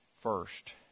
first